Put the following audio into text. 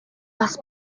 бас